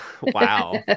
Wow